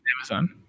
Amazon